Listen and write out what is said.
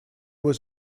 was